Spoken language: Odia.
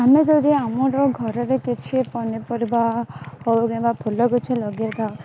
ଆମେ ଯଦି ଆମର ଘରରେ କିଛି ପନିପରିବା କେଉଁ ଦିନ ଫୁଲ ଗଛ ଲଗାଇଦବା